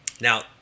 Now